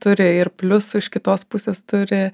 turi ir pliusų iš kitos pusės turi